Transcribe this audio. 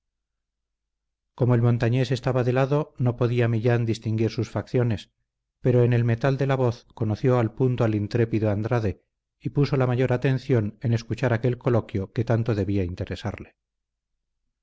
como el montañés estaba de lado no podía millán distinguir sus facciones pero en el metal de la voz conoció al punto al intrépido andrade y puso la mayor atención en escuchar aquel coloquio que tanto debía interesarle